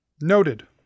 Noted